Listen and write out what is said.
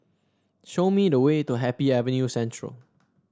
show me the way to Happy Avenue Central